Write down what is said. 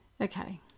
okay